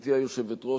גברתי היושבת-ראש,